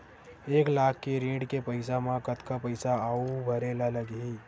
एक लाख के ऋण के पईसा म कतका पईसा आऊ भरे ला लगही?